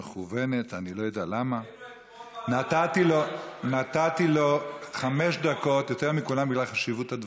למה אתה מצדיק גזענות בגזענות?